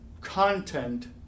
content